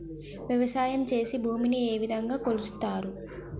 వ్యవసాయం చేసి భూమిని ఏ విధంగా కొలుస్తారు?